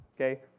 Okay